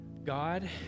God